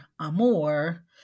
amor